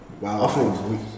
Wow